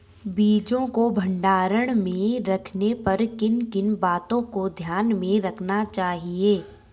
बीजों को भंडारण में रखने पर किन किन बातों को ध्यान में रखना चाहिए?